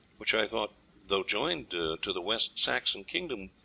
which i thought, though joined to the west saxon kingdom,